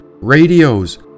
radios